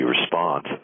response